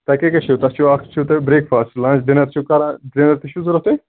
تۄہہِ کیٛاہ کیٛاہ چھُو تۄہہِ چھُو اکھ چھُو تۄہہِ بریٚک فاسٹ لَنچ ڈِنر چھُو کَران ڈِنر تہِ چھُو ضوٚرَتھ تۄہہِ